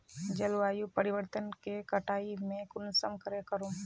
जलवायु परिवर्तन के कटाई में कुंसम करे करूम?